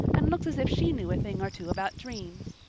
and looks as if she knew a thing or two about dreams.